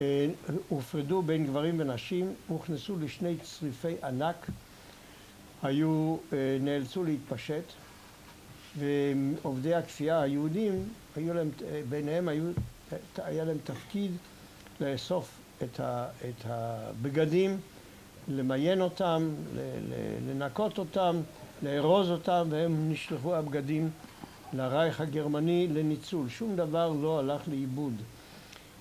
הופרדו בין גברים ונשים, הוכנסו לשני צריפי ענק היו נאלצו להתפשט ועובדי הכפייה היהודים, ביניהם היו היה להם תפקיד לאסוף את הבגדים למיין אותם, לנקות אותם, לארוז אותם, והם נשלחו הבגדים לרייך הגרמני לניצול, שום דבר לא הלך לאיבוד.